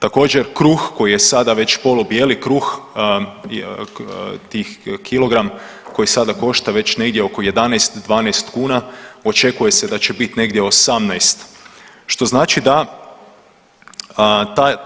Također kruh koji je sada već polu bijeli kruh tih kilogram koji sada košta već negdje oko 11, 12 kuna očekuje se da će biti negdje 18 što znači da